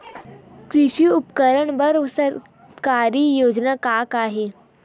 कृषि उपकरण बर सरकारी योजना का का हे?